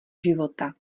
života